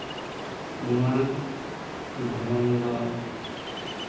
ᱱᱚᱣᱟ ᱫᱷᱚᱨᱚᱢ ᱫᱚ